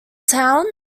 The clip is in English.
town